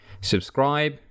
subscribe